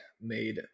made